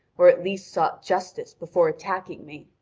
or at least sought justice before attacking me.